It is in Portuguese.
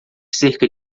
cerca